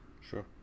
sure